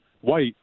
White